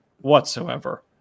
whatsoever